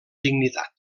dignitat